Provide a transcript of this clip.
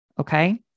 Okay